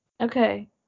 okay